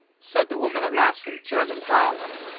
said the woman at last in german dialect,